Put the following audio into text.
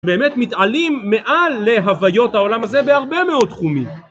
באמת מתעלים מעל להוויות העולם הזה בהרבה מאוד תחומים.